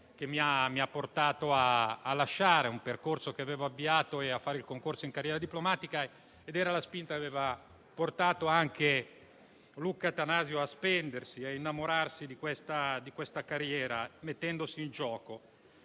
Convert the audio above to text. che mi ha portato a lasciare un percorso che avevo avviato e a fare il concorso in carriera diplomatica, ed era la spinta che aveva portato anche Luca Attanasio a spendersi e innamorarsi di questa carriera, mettendosi in gioco.